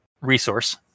resource